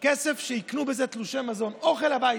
כסף שיקנו בזה תלושי מזון, אוכל הביתה.